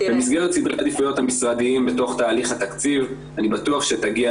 במסגרת סדרי העדיפויות המשרדיים בתוך תהליך התקציב אני בטוח שתגיע